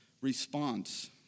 response